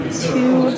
two